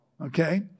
okay